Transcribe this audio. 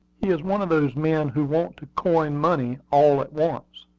he is one of those men who want to coin money all at once.